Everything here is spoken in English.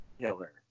killer